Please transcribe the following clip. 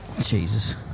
Jesus